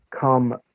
come